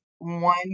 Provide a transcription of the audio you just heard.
one